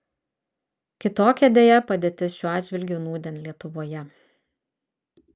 kitokia deja padėtis šiuo atžvilgiu nūdien lietuvoje